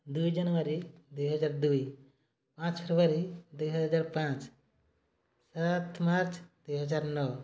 ଦୁଇ ଜାନୁଆରୀ ଦୁଇହଜାର ଦୁଇ ପାଞ୍ଚ ଫେବୃଆରୀ ଦୁଇହଜାର ପାଞ୍ଚ ସାତ ମାର୍ଚ୍ଚ ଦୁଇହଜାର ନଅ